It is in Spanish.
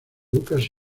lucas